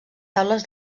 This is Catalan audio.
taules